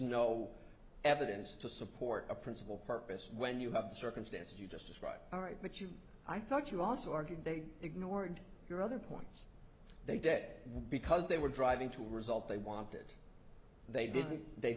no evidence to support a principal purpose when you have a circumstance you just described all right but you i thought you also argued they ignored your other points they debt because they were driving to a result they wanted they didn't they